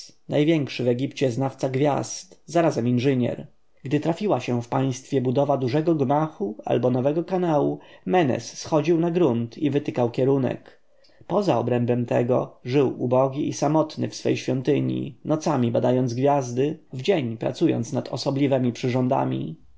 największy w egipcie znawca gwiazd zarazem inżynier gdy trafiła się w państwie budowa dużego gmachu albo nowego kanału menes schodził na grunt i wytykał kierunek poza tem żył ubogi i samotny w swej świątyni nocami badając gwiazdy w dzień pracując nad osobliwemi przyrządami